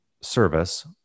service